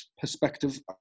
perspective